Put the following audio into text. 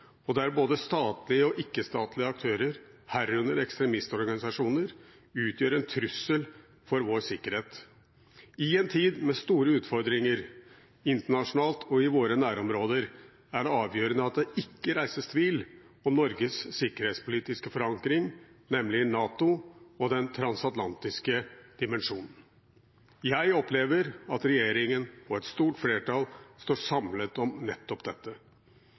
og der både statlige og ikke-statlige aktører, herunder ekstremistorganisasjoner, utgjør en trussel for vår sikkerhet. I en tid med store utfordringer internasjonalt og i våre nærområder er det avgjørende at det ikke reises tvil om Norges sikkerhetspolitiske forankring, nemlig NATO og den transatlantiske dimensjonen. Jeg opplever at regjeringen og et stort flertall står samlet om nettopp dette.